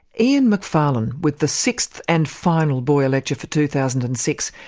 ian macfarlane, with the sixth and final boyer lecture for two thousand and six.